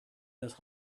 this